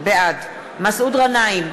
בעד מסעוד גנאים,